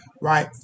right